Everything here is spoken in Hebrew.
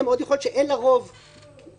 אני חושב שזה אירוע שהסתיים ביום הפילוג,